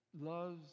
loves